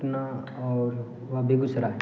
पटना आओर बेगूसराय